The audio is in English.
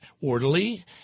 orderly